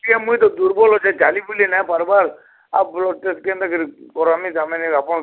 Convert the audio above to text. କିଏ ମୁଇଁ ତ ଦୁର୍ବଳ୍ ଅଛେଁ ଚାଲି ବୁଲି ନାଇ ପାର୍ବାର୍ ଆଉ ବ୍ଲଡ଼୍ ଟେଷ୍ଟ୍ କେନ୍ତା କରି କରାମି ତା'ର୍ମାନେ ଆପଣ୍